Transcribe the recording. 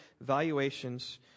valuations